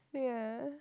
oh yeah